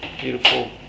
beautiful